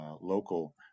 local